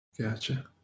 Gotcha